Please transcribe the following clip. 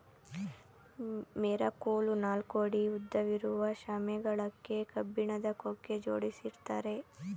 ಮೆರಕೋಲು ನಾಲ್ಕು ಅಡಿ ಉದ್ದವಿರುವ ಶಾಮೆ ಗಳಕ್ಕೆ ಕಬ್ಬಿಣದ ಕೊಕ್ಕೆ ಜೋಡಿಸಿರ್ತ್ತಾರೆ